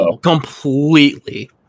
completely